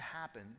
happen